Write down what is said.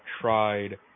tried